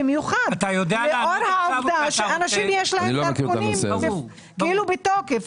במיוחד לאור העובדה שלאנשים יש דרכונים כאילו בתוקף,